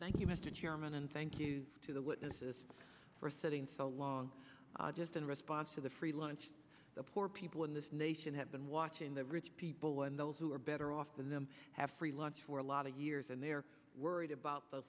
thank you mr chairman and thank you to the witnesses for sitting so long just in response to the free lunch the poor people in this nation have been watching the rich people and those who are better off than them have free lunch for a lot of years and they're worried about th